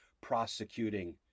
prosecuting